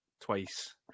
twice